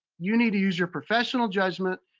you need to use your professional judgment,